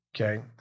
Okay